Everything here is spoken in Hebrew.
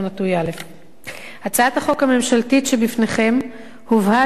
הצעת החוק הממשלתית שבפניכם הובאה לדיון בפני ועדת המדע